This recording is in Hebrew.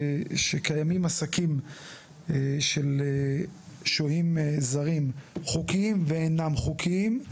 שקיימים עסקים של שוהים זרים חוקיים ואינם חוקיים,